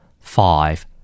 Five